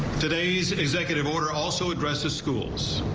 today's executive order also addresses schools.